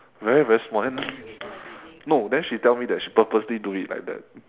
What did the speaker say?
very very small then no then she tell me that she purposely do it like that